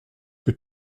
que